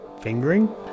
Fingering